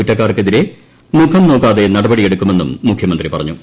കുറ്റക്കാർക്ക് എതിരെ മുഖം നോക്കാതെ നടപടിയെടുക്കുമെന്നും മുഖ്യമന്ത്രി പറഞ്ഞു